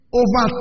over